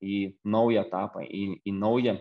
į naują etapą į į naują